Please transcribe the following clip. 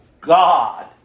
God